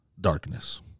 darkness